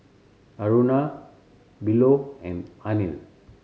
Aruna Bellur and Anil